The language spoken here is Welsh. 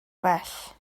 bell